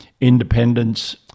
independence